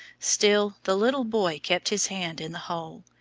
still the little boy kept his hand in the hole.